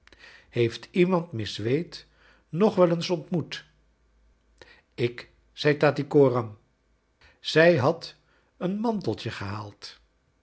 heeft iemand miss wade nog wel eens ontmoet j ik zei tatty coram zij had een manteltje gehaald